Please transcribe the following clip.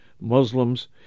Muslims